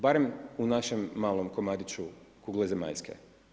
Barem u našem malom komadiću kugle zemaljske.